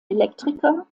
elektriker